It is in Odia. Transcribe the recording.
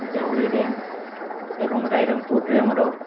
ଦେଉଳି ଡ୍ୟାମ୍ ଏବଂ ରାଇରଙ୍ଗପୁର ଡ୍ୟାମ୍ ର